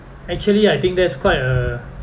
actually I think that's quite a